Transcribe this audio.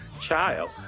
child